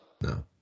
No